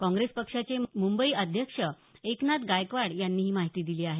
काँग्रेस पक्षाचे मुंबई अध्यक्ष एकनाथ गायकवाड यांनी ही माहिती दिली आहे